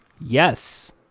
Yes